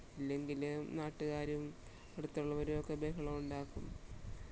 ഇല്ലെങ്കിൽ നാട്ടുകാരും അടുത്തുള്ളവരും ഒക്കെ ബഹളമുണ്ടാക്കും